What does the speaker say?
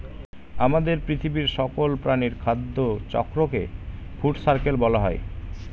আমাদের পৃথিবীর সকল প্রাণীর খাদ্য চক্রকে ফুড সার্কেল বলা হয়